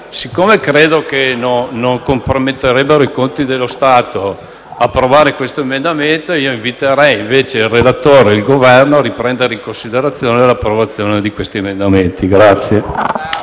poiché credo che non comprometterebbe i conti dello Stato approvare questa proposta, inviterei il relatore e il Governo a riprendere in considerazione l'approvazione di questi emendamenti.